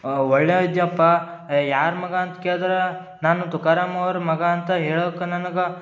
ಒಳ್ಳೆ ಇದ್ಯಪ್ಪಾ ಯಾರ ಮಗ ಅಂತ ಕೇಳ್ದ್ರ ನಾನು ತುಕಾರಾಮ್ ಅವ್ರ ಮಗ ಅಂತ ಹೇಳಕ ನನಗೆ